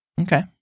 Okay